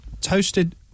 toasted